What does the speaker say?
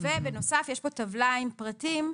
ובנוסף יש פה טבלה עם פרטים,